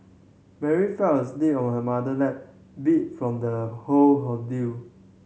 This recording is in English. Mary fell asleep on her mother lap beat from the whole ordeal